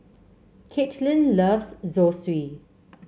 Caitlin loves Zosui